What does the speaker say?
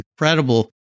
incredible